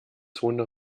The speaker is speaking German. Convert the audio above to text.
zone